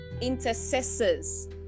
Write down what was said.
intercessors